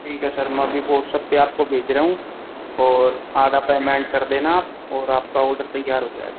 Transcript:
ठीक है सर मैं अभी वोट्सअप पेर आपको भेज रहा हूँ और आधा पेमेंट कर देना आप और आपका ओडर तैयार हो जाएगा